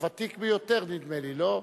הוותיק ביותר נדמה לי, לא?